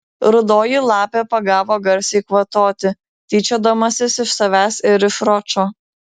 rudoji lapė pagavo garsiai kvatoti tyčiodamasis iš savęs ir iš ročo